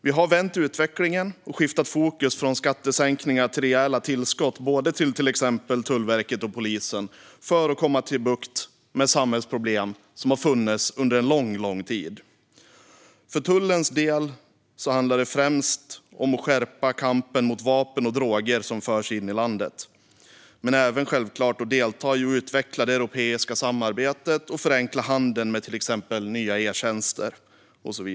Vi har vänt utvecklingen och skiftat fokus från skattesänkningar till rejäla tillskott både till Tullverket och till polisen för att få bukt med samhällsproblem som har funnits under en lång tid. För tullens del handlar det främst om att skärpa kampen mot vapen och droger som förs in i landet, men det handlar självklart även om att delta i och utveckla det europeiska samarbetet och förenkla handeln med till exempel nya e-tjänster.